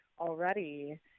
already